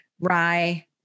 Rye